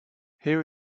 here